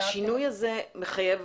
השינוי הזה מחייב